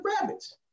rabbits